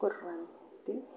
कुर्वन्ति